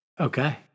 Okay